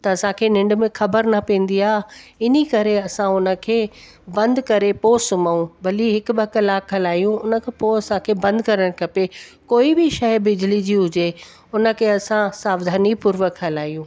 त असांखे निंड में खबर न पवंदी आहे इन करे असां उन खे बंदि करे पोइ सुम्हूं भली हिकु ॿ कलाक हलायूं उन खां पोइ असांखे बंदि करणु खपे कोई बि शइ बिजली जी हुजे उन खे असां सावधानी पुर्वक हलायूं